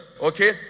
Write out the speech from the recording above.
okay